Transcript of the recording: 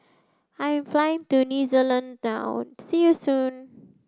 I am flying to New Zealand now see you soon